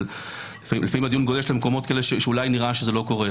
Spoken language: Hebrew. אבל לפעמים הדיון גולש למקומות כאלה שאולי נראה שזה לא קורה.